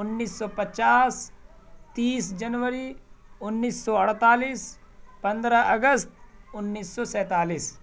انیس سو پچاس تیس جنوری انیس سو اڑتالیس پندرہ اگست انیس سو سینتالیس